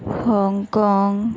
Hong Kong